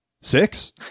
Six